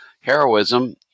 heroism